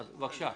בבקשה.